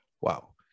Wow